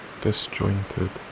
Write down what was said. disjointed